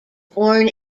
born